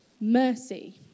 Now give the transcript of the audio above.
Mercy